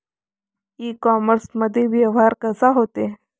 इ कामर्समंदी व्यवहार कसा होते?